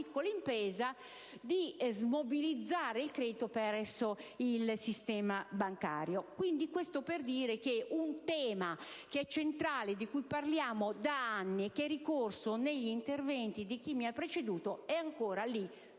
di smobilizzare il credito presso il sistema bancario. Si tratta quindi di un tema centrale, di cui parliamo da anni e che è ricorso negli interventi di chi mi ha preceduto, ma che è